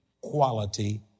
quality